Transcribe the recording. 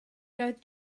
doedd